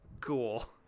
Cool